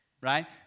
right